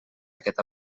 aquest